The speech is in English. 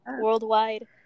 worldwide